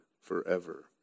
forever